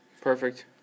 Perfect